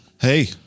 Hey